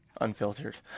Unfiltered